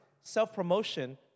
self-promotion